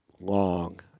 long